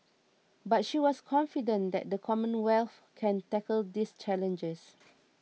but she was confident that the Commonwealth can tackle these challenges